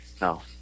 No